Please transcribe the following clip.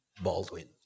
Baldwin